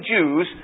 Jews